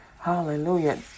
Hallelujah